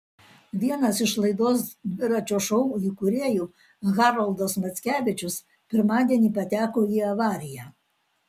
vienas iš laidos dviračio šou įkūrėjų haroldas mackevičius pirmadienį pateko į avariją